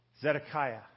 Zedekiah